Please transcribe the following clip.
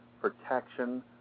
protection